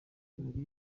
muri